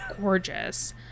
gorgeous